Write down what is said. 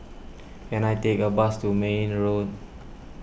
can I take a bus to Mayne Road